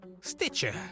Stitcher